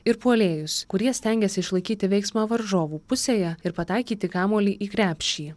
ir puolėjus kurie stengiasi išlaikyti veiksmą varžovų pusėje ir pataikyti kamuolį į krepšį